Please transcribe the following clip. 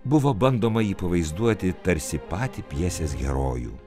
buvo bandoma jį pavaizduoti tarsi patį pjesės herojų